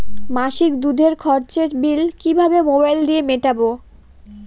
মাসিক দুধের খরচের বিল কিভাবে মোবাইল দিয়ে মেটাব?